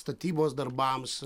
statybos darbams